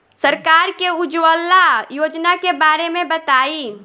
सरकार के उज्जवला योजना के बारे में बताईं?